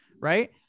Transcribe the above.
right